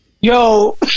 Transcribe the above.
Yo